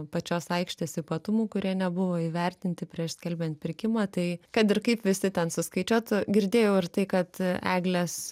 pačios aikštės ypatumų kurie nebuvo įvertinti prieš skelbiant pirkimą tai kad ir kaip visi ten suskaičiuotų girdėjau ir tai kad eglės